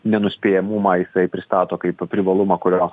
nenuspėjamumą jisai pristato kaip privalumą kurio